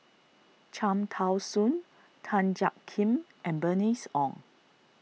Cham Tao Soon Tan Jiak Kim and Bernice Ong